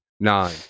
Nine